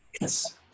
Yes